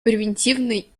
превентивной